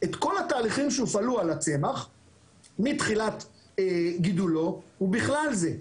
את כל התהליכים שהופעלו על הצמח מתחילת גידולו ובכלל זה,